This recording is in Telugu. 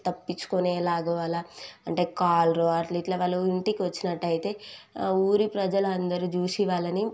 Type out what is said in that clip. తప్పించుకొని ఎలాగో అలా అంటే కాలర్ అట్ల ఇట్ల వాళ్ళు ఇంటికి వచ్చినట్టయితే ఊరి ప్రజల అందరు చూసి వాళ్ళని